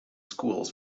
schools